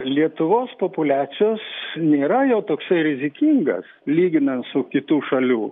lietuvos populiacijos nėra jau toksai rizikingas lyginant su kitų šalių